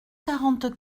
quarante